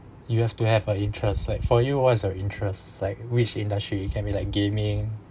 you have to have a interest like for you what's your interests like which industry you can be like gaming